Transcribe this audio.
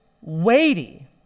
weighty